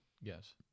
Yes